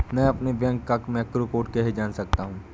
मैं अपने बैंक का मैक्रो कोड कैसे जान सकता हूँ?